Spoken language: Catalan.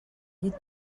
llit